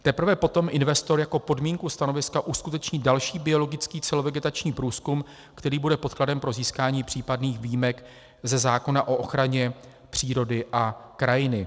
Teprve potom investor jako podmínku stanoviska uskuteční další biologický celovegetační průzkum, který bude podkladem pro získání případných výjimek ze zákona o ochraně přírody a krajiny.